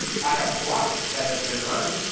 i have trust that has been earned.